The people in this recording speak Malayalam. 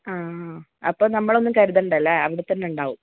ആ അപ്പോൾ നമ്മൾ ഒന്നും കരുതേണ്ട അല്ലേ അവിടെ തന്നെ ഉണ്ടാവും